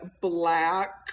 black